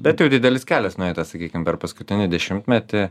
bet jau didelis kelias nueitas sakykim per paskutinį dešimtmetį